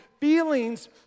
feelings